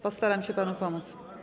Postaram się panu pomóc.